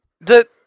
The-